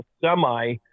semi